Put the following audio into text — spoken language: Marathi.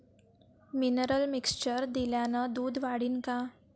मिनरल मिक्चर दिल्यानं दूध वाढीनं का?